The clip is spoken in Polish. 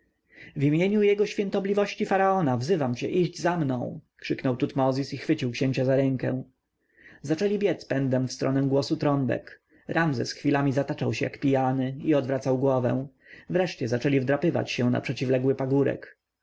w imieniu jego świątobliwości faraona wzywam cię idź za mną krzyknął tutmozis i schwycił księcia za rękę zaczęli biec pędem w stronę głosu trąbek ramzes chwilami zataczał się jak pijany i odwracał głowę wreszcie zaczęli wdrapywać się na przeciwległy pagórek